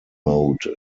mode